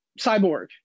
cyborg